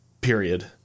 Period